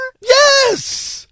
Yes